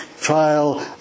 trial